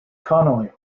connolly